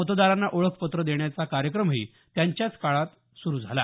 मतदारांना ओळखपत्र देण्याचा कार्यक्रमही त्यांच्याच काळात सुरू झाला